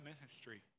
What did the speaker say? ministry